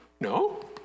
No